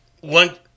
one –